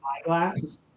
eyeglass